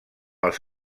els